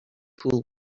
who